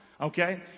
Okay